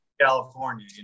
California